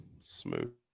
smooth